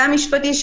גם משפטי,